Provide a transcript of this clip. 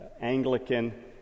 Anglican